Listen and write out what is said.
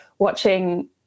watching